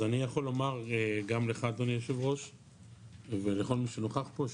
אז אני יכול לומר גם לך אדוני היו"ר ולכל מי שנוכח פה,